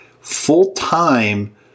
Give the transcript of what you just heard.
Full-time